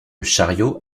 chariot